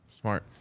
Smart